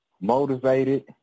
Motivated